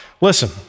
Listen